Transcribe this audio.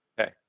Okay